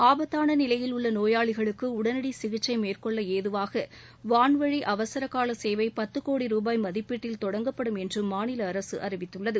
ஆபத்தான நிலையில் உள்ள நோயாளிகளுக்கு உடனடி சிகிச்சை மேற்கொள்ள ஏதுவாக வான்வழி அவசர கால சேவை பத்து னோடி ரூபாய் மதிப்பீட்டில் தொடங்கப்படும் என்றும் மாநில அரசு அறிவித்துள்ளது